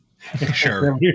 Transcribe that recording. Sure